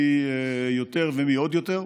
מי יותר ומי עוד יותר.